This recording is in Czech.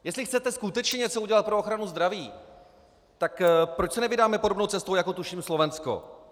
Jestli chcete skutečně něco udělat pro ochranu zdraví, tak proč se nevydáme podobnou cestou jako tuším Slovensko.